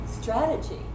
strategy